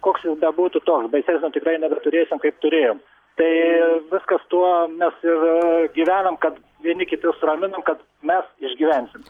koks jis bebūtų toks baisesnio tikrai nebeturėsim kaip turėjom tai viskas tuo mes ir gyvenam kad vieni kitus raminam kad mes išgyvensim